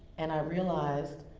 and i realized,